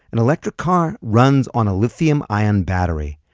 an electric car runs on a lithium ion battery,